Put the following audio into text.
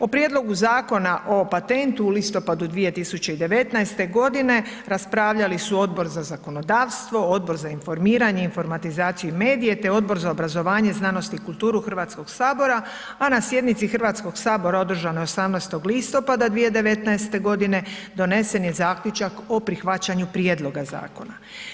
O Prijedlogu Zakona o patentu u listopadu 2019. g. raspravljali su Odbor za zakonodavstvo, Odbor za informiranje, informatizaciju i medije te Odbor za obrazovanje, znanost i kulturu Hrvatskog sabora a na sjednici Hrvatskog sabora održanoj 18. listopada 2019. g. donesen je zaključak o prihvaćanju prijedloga zakona.